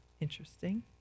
Interesting